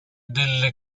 delle